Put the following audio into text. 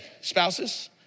Spouses